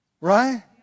Right